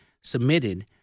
submitted